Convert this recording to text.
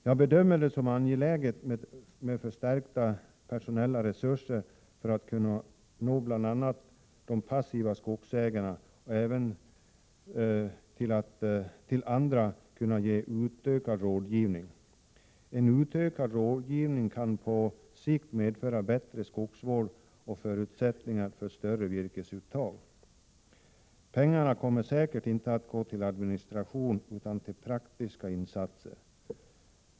Jag bedömer det som angeläget med förstärkta personella resurser för att man skall kunna nå bl.a. de passiva skogsägarna och även för att man skall kunna låta andra få en utökad rådgivning. På sikt kan en utökad rådgivning medföra bättre skogsvård och förutsättningar för större virkesuttag. Pengarna kommer säkert inte att gå till administration utan till praktiska insatser.